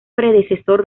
predecesor